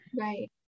right